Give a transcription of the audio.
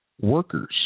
workers